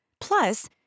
Plus